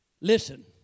Listen